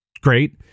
Great